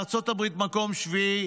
ארצות הברית מקום שביעי,